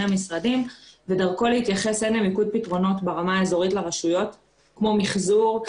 המשרדים ודרכו להתייחס לפתרונות ברמה האזורית לרשויות כמו מיחזור,